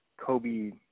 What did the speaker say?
Kobe